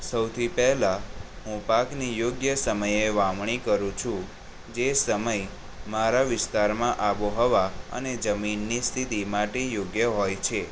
સૌથી પહેલાં હું પાકની યોગ્ય સમયે વાવણી કરું છું જે સમય મારા વિસ્તારમાં આબોહવા અને જમીનની સ્થિતિ માટી યોગ્ય હોય છે